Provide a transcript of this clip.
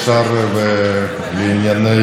כל המלחמות האחרונות בעולם